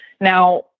now